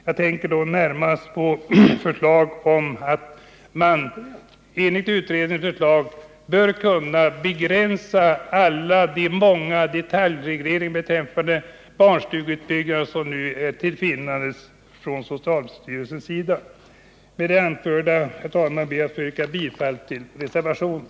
Jag tänker närmast på utredningens förslag att begränsa alla de många detaljregleringar om barnstugeutbyggnaden som nu finns. Med det anförda ber jag, herr talman, att få yrka bifall till reservationen.